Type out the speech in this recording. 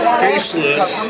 faceless